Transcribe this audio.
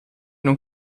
non